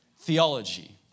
theology